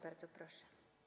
Bardzo proszę.